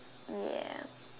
ya